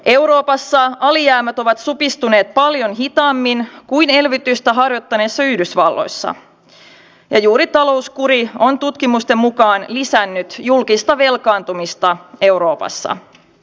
euroopassa alijäämät ovat supistuneet paljon hitaammin kuin elvytystä harjoittaneessa yhdysvalloissa ja juuri talouskuri on tutkimusten mukaan lisännyt julkista velkaantumista euroopassa